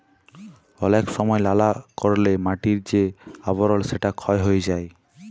অলেক সময় লালা কারলে মাটির যে আবরল সেটা ক্ষয় হ্যয়ে যায়